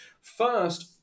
First